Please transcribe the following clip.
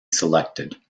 selected